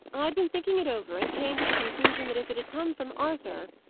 i had been thinking it over, and came to the conclusion that if it had come from arthur,